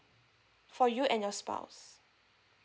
for you and your spouse